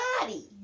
body